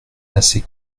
assez